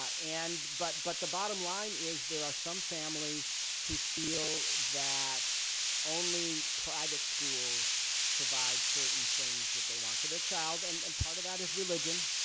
and but but the bottom line is there are some families who feel that only private schools provide certain things that they want for their child and and part of that is religion,